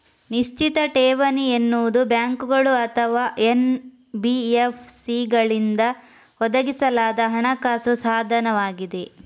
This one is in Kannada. ನಿಶ್ಚಿತ ಠೇವಣಿ ಎನ್ನುವುದು ಬ್ಯಾಂಕುಗಳು ಅಥವಾ ಎನ್.ಬಿ.ಎಫ್.ಸಿಗಳಿಂದ ಒದಗಿಸಲಾದ ಹಣಕಾಸು ಸಾಧನವಾಗಿದೆ